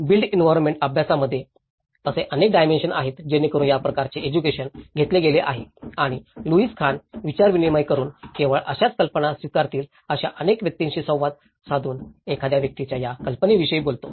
built environmental अभ्यासामध्ये असे अनेक डायमेन्शन आहेत जेणेकरून या प्रकारचे एज्युकेशन घेतले गेले आहे आणि लुईस खान विचार विनिमय करून केवळ अशाच कल्पना स्वीकारतील अशा अनेक व्यक्तींशी संवाद साधून एखाद्या व्यक्तीच्या या कल्पनेविषयी बोलतो